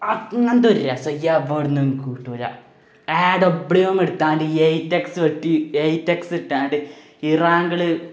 അങ്ങനത്തൊരു രസം എവിടുന്നും കിട്ടില്ല ആടെ എവിടെയും നിർത്താണ്ട് എയ്റ്റ് എക്സ് ഇട്ടാണ്ട് ഇറാങ്കിൾ